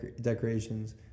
decorations